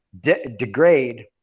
degrade